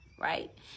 right